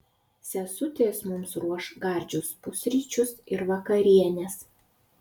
sesutės mums ruoš gardžius pusryčius ir vakarienes